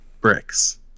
Bricks